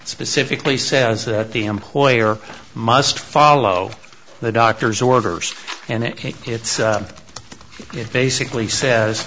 specifically says that the employer must follow the doctor's orders and it's it basically says